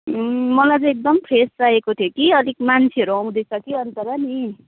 मलाई चाहिँ एकदम फ्रेस चाहिएको थियो कि अलिक मान्छेहरू आउँदैछ कि अन्त र नि